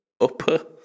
upper